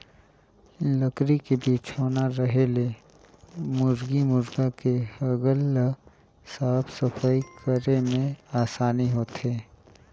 लकरी के बिछौना रहें ले मुरगी मुरगा के हगल ल साफ सफई करे में आसानी होथे